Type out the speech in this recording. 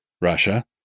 Russia